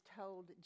told